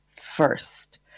first